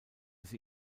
sie